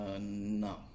No